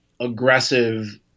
aggressive